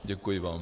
Děkuji vám.